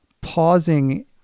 pausing